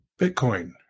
Bitcoin